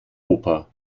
oper